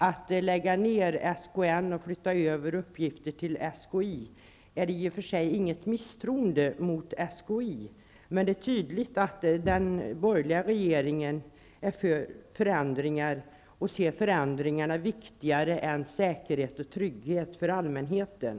Att lägga ner SKN och flytta över uppgifter till SKI behöver i och för sig inte uppfattas som ett misstroende gentemot SKI. Men det är tydligt att den borgerliga regeringen är för förändringar och att den anser dessa vara viktigare än säkerheten och tryggheten för allmänheten.